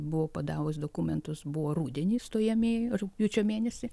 buvau padavus dokumentus buvo rudenį stojamieji rugpjūčio mėnesį